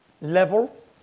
level